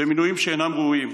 במינויים שאינם ראויים.